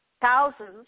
thousands